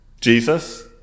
Jesus